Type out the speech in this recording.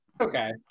okay